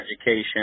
education